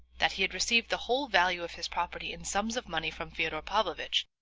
that he had received the whole value of his property in sums of money from fyodor pavlovitch,